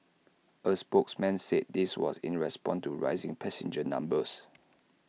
A spokesman said this was in response to rising passenger numbers